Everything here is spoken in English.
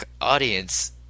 audience